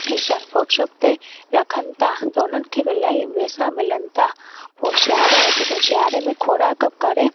इहे सभु वर्कशॉप ते रखनि था त उन्हनि खे इलाही पैसा मिलनि था पोइ सियारो अचे त सियारे में खोराक करे